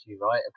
right